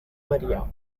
maria